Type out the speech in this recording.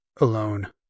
alone